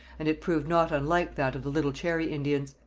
and it proved not unlike that of the little cherry indians.